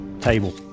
table